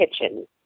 kitchen